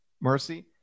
Mercy